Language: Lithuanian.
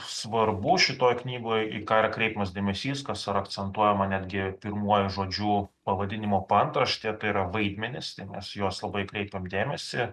svarbu šitoj knygoj į ką yra kreipiamas dėmesys kas yra akcentuojama netgi pirmuoju žodžiu pavadinimo paantraštėje tai yra vaidmenys tai mes į juos labai kreipiam dėmesį